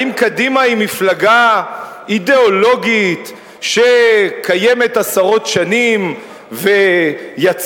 האם קדימה היא מפלגה אידיאולוגית שקיימת עשרות שנים ויצרה